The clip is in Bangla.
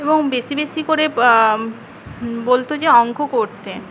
এবং বেশী বেশী করে বলতো যে অঙ্ক করতে